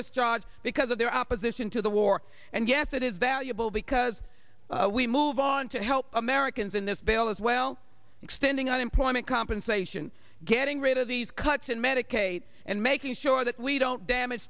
discharge because of their opposition to the war and yes it is valuable because we move on to help americans in this bill as well extending unemployment compensation getting rid of these cuts in medicaid and making sure that we don't damage